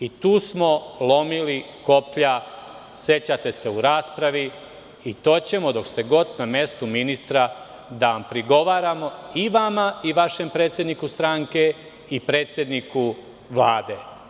I tu smo lomili koplja, sećate se u raspravi, i to ćemo dok ste god na mestu ministra da vam prigovaramo, i vama i vašem predsedniku stranke i predsedniku Vlade.